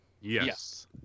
yes